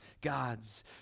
God's